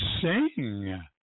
sing